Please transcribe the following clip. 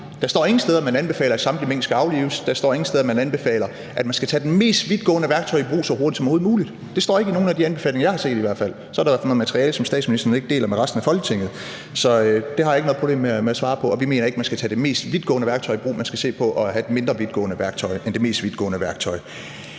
Der står ingen steder, at man anbefaler, at samtlige mink skal aflives. Der står ingen steder, at man anbefaler, at man skal tage det mest vidtgående værktøj i brug så hurtigt som overhovedet muligt. Det står i hvert fald ikke i nogen af de anbefalinger, jeg har set. Så må det være i noget materiale, som statsministeren ikke deler med resten af Folketinget. Så det har jeg ikke noget problem med at svare på. Og vi mener ikke, at man skal tage det mest vidtgående værktøj i brug. Man skal se på at have et mindre vidtgående værktøj end det mest vidtgående værktøj.